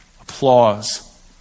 applause